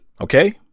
okay